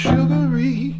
Sugary